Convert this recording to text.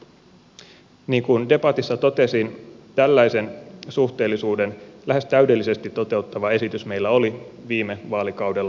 niin kuin debatissa totesin tällaisen suhteellisuuden lähes täydellisesti toteuttava esitys meillä oli viime vaalikaudella